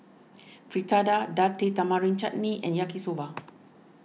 Fritada Date Tamarind Chutney and Yaki Soba